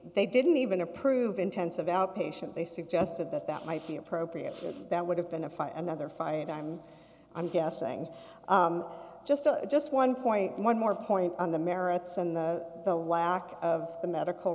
they didn't even approve intensive outpatient they suggested that that might be appropriate that would have been a fight another fight i'm i'm guessing just just one point one more point on the merits and the the lack of the medical